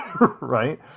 right